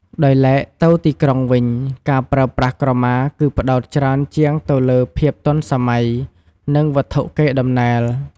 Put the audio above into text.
ដោយឡែកទៅទីក្រុងវិញ ការប្រើប្រាស់ក្រមាគឺផ្តោតច្រើនជាងទៅលើភាពទាន់សម័យ និងវត្ថុកេរដំណែល។